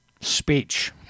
speech